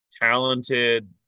talented